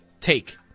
take